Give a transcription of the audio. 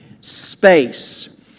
space